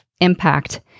impact